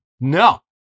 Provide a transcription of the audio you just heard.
No